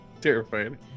terrified